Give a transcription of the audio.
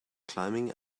climbing